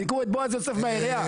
סילקו את בועז יוסף מהעירייה.